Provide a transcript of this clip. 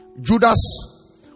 judas